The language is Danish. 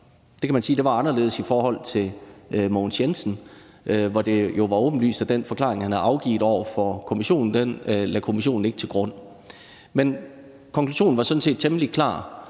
sige var anderledes i forhold til Mogens Jensen, hvor det jo var åbenlyst, at kommissionen ikke lagde den forklaring, han havde afgivet over for kommissionen, til grund. Men konklusionen var sådan set temmelig klar,